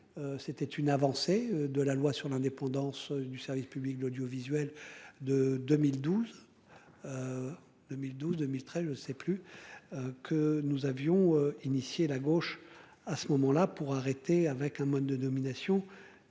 C'était une avancée de la loi sur l'indépendance du service public de l'audiovisuel de 2012. 2012 2013 le c'est plus. Que nous avions initié la gauche à ce moment-là pour arrêter avec un mode de domination